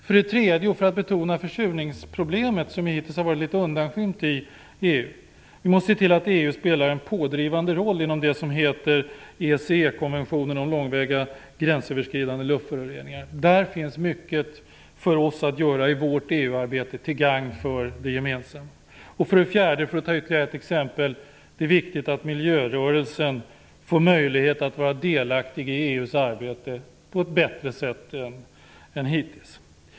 För det tredje - för att betona försurningsproblemet som hittills varit litet undanskymt i EU - måste vi se till att EU spelar en pådrivande roll inom det som heter ESE-konventionen om långväga gränsöverskridande luftföroreningar. Där finns mycket för oss att göra i EU-arbetet till gagn för det gemensamma. För det fjärde är det viktigt att miljörörelsen får möjlighet att vara delaktig i EU:s arbete på ett bättre sätt än hittills.